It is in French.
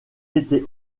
été